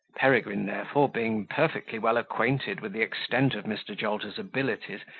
peregrine, therefore, being perfectly well acquainted with the extent of mr. jolter's abilities,